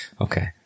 okay